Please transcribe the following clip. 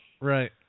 right